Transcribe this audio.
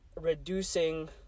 reducing